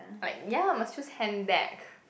like ya must choose handbag